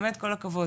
באמת כל הכבוד.